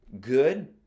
good